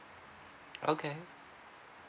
okay